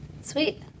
Sweet